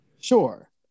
Sure